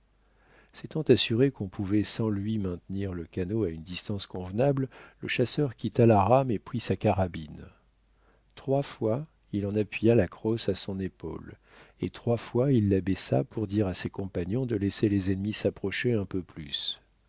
s'étant assuré qu'on pouvait sans lui maintenir le canot à une distance convenable le chasseur quitta la rame et prit sa carabine trois fois il en appuya la crosse à son épaule et trois fois il la baissa pour dire à ses compagnons de laisser les ennemis s'approcher un peu plus